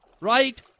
Right